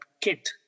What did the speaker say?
kit